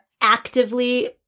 actively